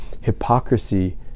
Hypocrisy